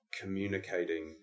communicating